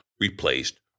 replaced